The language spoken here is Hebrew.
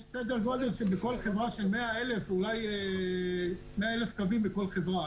יש סדר גודל בכל חברה של כ-100,000 קווים בכל חברה,